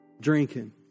drinking